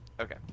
okay